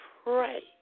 pray